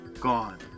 gone